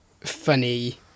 funny